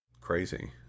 crazy